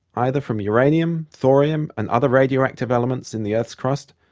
either from uranium, thorium and other radioactive elements in the earth's crust,